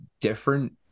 different